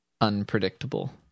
unpredictable